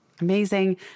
Amazing